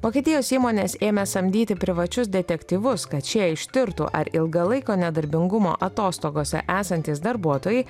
vokietijos įmonės ėmė samdyti privačius detektyvus kad šie ištirtų ar ilgalaikio nedarbingumo atostogose esantys darbuotojai